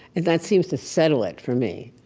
and that seems to settle it for me.